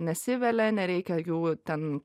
nesivelia nereikia jų ten